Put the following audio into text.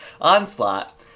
Onslaught